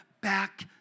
back